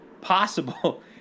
possible